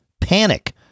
panic